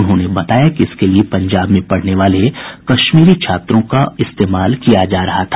उन्होंने बताया कि इसके लिए पंजाब में पढ़ने वाले कश्मीरी छात्रों का इस्तेमाल किया जा रहा था